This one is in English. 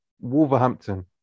Wolverhampton